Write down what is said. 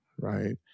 right